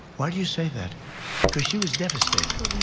why do you say that because she was devastated.